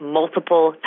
multiple